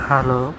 Hello